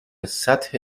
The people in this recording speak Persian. سطح